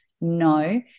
No